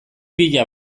pila